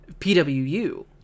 PWU